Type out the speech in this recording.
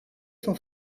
son